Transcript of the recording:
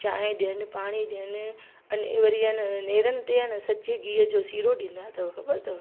चांहि ॾियनि पाणी ॾियनि अने वरी न नेरनि ते न सचे गीह जो सीरो ॾींदा अथव ख़बरु अथव